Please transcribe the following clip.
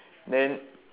then